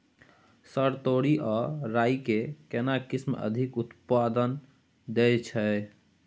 Sir तोरी आ राई के केना किस्म अधिक उत्पादन दैय छैय?